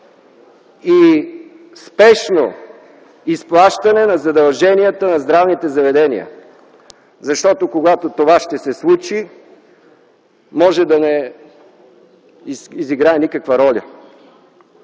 и спешно изплащане на задълженията на здравните заведения. Защото, когато това ще се случи, може да не изиграе никаква роля.